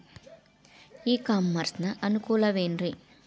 E commerce ನ ಅನುಕೂಲವೇನ್ರೇ?